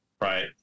right